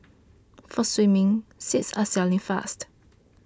for swimming seats are selling fast